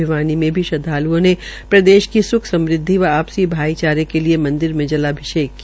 भिवानी में श्रद्वाल्ओं ने प्रदेश के स्ख समृदवि व आपसी भाईचारे के लिये मंदिर में जलाभिषेक किया